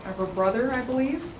her brother, i believe,